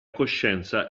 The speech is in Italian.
coscienza